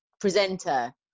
presenter